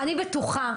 אני בטוחה,